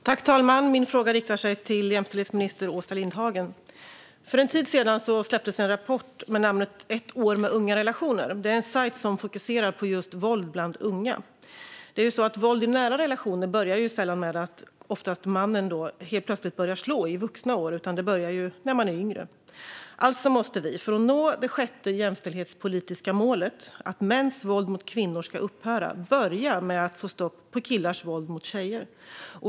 Herr talman! Min fråga riktar sig till jämställdhetsminister Åsa Lindhagen. För en tid sedan släpptes en rapport med titeln Ett år med unga relationer . Det är en sajt som fokuserar på våld bland unga. Våld i nära relationer börjar sällan med att mannen - som det oftast är - helt plötsligt börjar slå i vuxen ålder, utan det börjar när man är yngre. Alltså måste vi, för att nå det sjätte jämställdhetspolitiska målet att mäns våld mot kvinnor ska upphöra, börja med att få stopp på killars våld mot tjejer.